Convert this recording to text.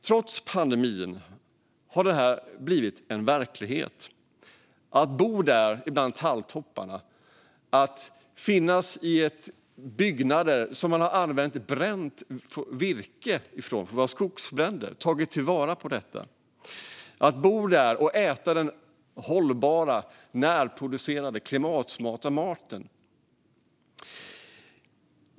Trots pandemin har det nu blivit verklighet att bo där bland talltopparna, att finnas i byggnader som man har använt bränt virke från skogsbränder till och att äta den hållbara, närproducerade och klimatsmarta maten.